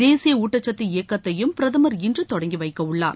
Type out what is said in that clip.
தேசிய ஊட்டசத்து இயக்கத்தையும் பிரதமர் இன்று தொடங்கி வைக்கவுள்ளார்